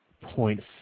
point